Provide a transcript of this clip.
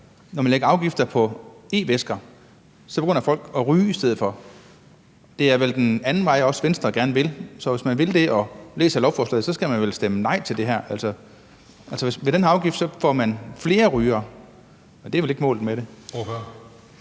når man lægger afgifter på e-væsker, begynder folk at ryge i stedet for. Det er vel den anden vej, også Venstre gerne vil. Så hvis man vil det – og læser lovforslaget – skal man vel stemme nej til det her. Altså, med den her afgift får man flere rygere, og det er vel ikke målet med det.